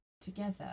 together